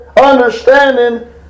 understanding